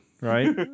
right